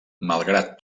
malgrat